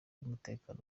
y’umutekano